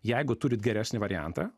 jeigu turit geresnį variantą